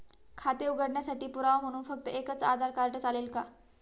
खाते उघडण्यासाठी पुरावा म्हणून फक्त एकच आधार कार्ड चालेल का?